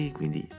quindi